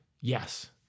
Yes